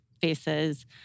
faces